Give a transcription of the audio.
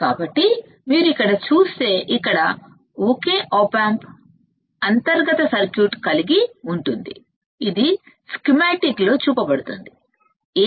కాబట్టి మీరు ఇక్కడ చూడొచ్చు ఇక్కడ ఒక ఆప్ ఆంప్ అంతర్గత సర్క్యూట్ కలిగి ఉంటుంది ఇది స్కీమాటిక్లో చూపబడుతుంది